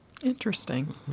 Interesting